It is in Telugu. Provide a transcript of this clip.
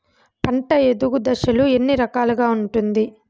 పంట ఎదుగు దశలు ఎన్ని రకాలుగా ఉంటుంది?